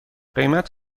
قیمت